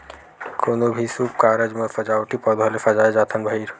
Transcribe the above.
कोनो भी सुभ कारज म सजावटी पउधा ले सजाए जाथन भइर